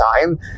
time